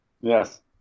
Yes